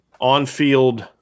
on-field